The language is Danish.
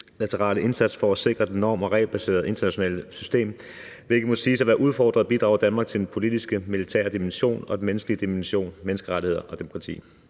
multilaterale indsats for at sikre det norm- og regelbaserede internationale system, hvilket må siges at være udfordret, bidrager Danmark til den politiske og militære dimension og den menneskelige dimension, menneskerettigheder og demokrati.